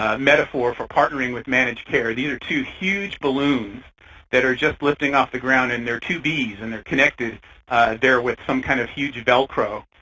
ah metaphor for partnering with managed care. these are two huge balloons that are just lifting off the ground, and there are two b's and connected there with some kind of huge velcro.